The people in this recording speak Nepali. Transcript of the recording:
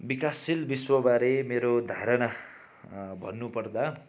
विकासशील विश्वबारे मेरो धारणा भन्नुपर्दा